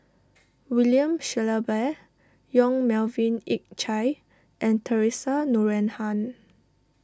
William Shellabear Yong Melvin Yik Chye and theresa Noronha